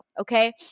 okay